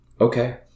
Okay